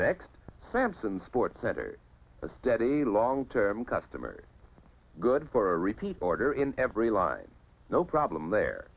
next samson sports center a steady long term customer good for a repeat order in every line no problem the